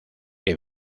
que